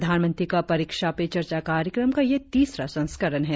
प्रधानमंत्री का परीक्षा पे चर्चा कार्यक्रम का यह तीसरा संस्करण है